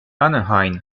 anaheim